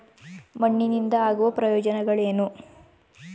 ಮಣ್ಣಿನಿಂದ ಆಗುವ ಪ್ರಯೋಜನಗಳೇನು?